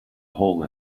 hole